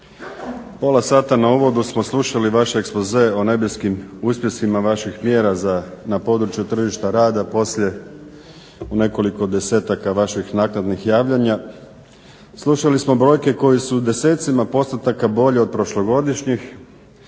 Pola sata na uvodu smo slušali vaš ekspoze o nebeskim uspjesima vaših mjera na području tržišta rada, poslije u nekoliko desetaka vaših naknadnih javljanja, slušali smo brojke koje su desecima postotaka bolje od prošlogodišnjih,